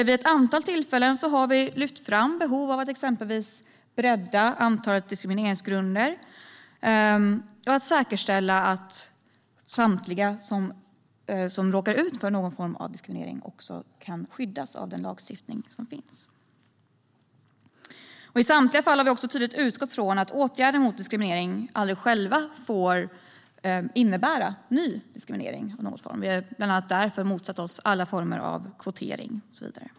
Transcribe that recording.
Vid ett antal tillfällen har vi lyft fram behovet av att exempelvis bredda antalet diskrimineringsgrunder och säkerställa att alla som råkar ut för någon form av diskriminering kan skyddas av den lagstiftning som finns. I samtliga fall har vi tydligt utgått från att åtgärder mot diskriminering aldrig får innebära ny diskriminering i någon form. Bland annat därför har vi motsatt oss alla former av kvotering och så vidare.